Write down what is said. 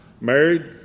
married